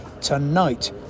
tonight